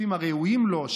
השופטים הראויים לו,